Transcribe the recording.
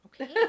Okay